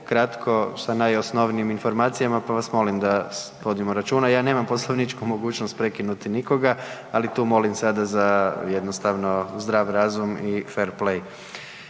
kratko sa najosnovnijim informacijama, pa vas molim da vodimo računa. Ja nemam poslovničku mogućnost prekinuti nikoga, ali tu molim sada za jednostavno zdrav razum i fer plej.